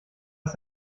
ist